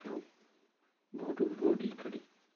তেওঁ বহুতো গুণৰ অধিকাৰী